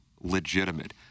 legitimate